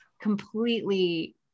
completely